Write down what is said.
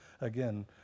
again